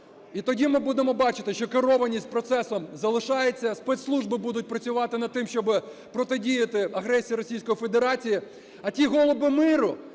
І тоді ми будемо бачити, що керованість процесом залишається, спецслужби будуть працювати над тим, щоб протидіяти агресію Російської Федерації. А ті "голуби миру",